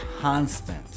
constant